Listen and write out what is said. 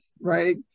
right